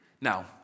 Now